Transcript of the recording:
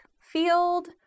field